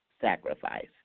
sacrifice